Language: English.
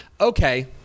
Okay